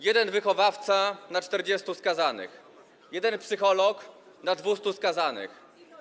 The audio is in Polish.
Jeden wychowawca na 40 skazanych, jeden psycholog na 200 skazanych.